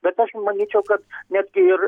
bet aš manyčiau kad netgi ir